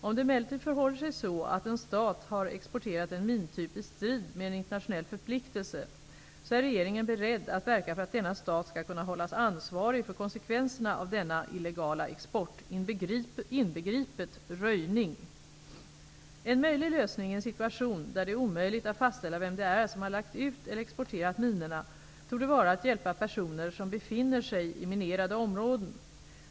Om det emellertid förhåller sig så att en stat har exporterat en mintyp i strid med en internationell förpliktelse, är regeringen beredd att verka för att denna stat skall kunna hållas ansvarig för konsekvenserna av denna illegala export -- inbegripet röjning. En möjlig lösning i en situation där det är omöjligt att fastställa vem det är som har lagt ut eller exporterat minorna torde vara att hjälpa personer som befinner sig i minerade områden.